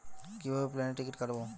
কিভাবে প্লেনের টিকিট কাটব?